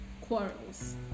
quarrels